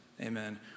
Amen